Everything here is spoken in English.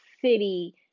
city